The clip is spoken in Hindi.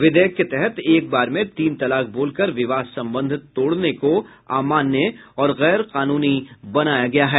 विधेयक के तहत एक बार में तीन तलाक बोलकर विवाह संबंध तोड़ने को अमान्य और गैर कानूनी बनाया गया है